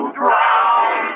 drown